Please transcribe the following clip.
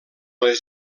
les